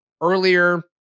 earlier